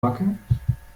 wackeln